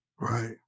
Right